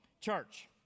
church